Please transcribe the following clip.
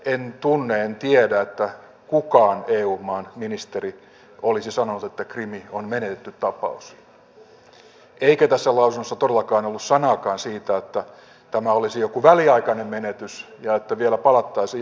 en tunne en tiedä että kukaan eu maan ministeri olisi sanonut että krim on menetetty tapaus eikä tässä lausunnossa todellakaan ollut sanaakaan siitä että tämä olisi jokin väliaikainen menetys ja että vielä palattaisiin johonkin muuhun